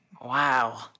Wow